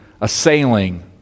assailing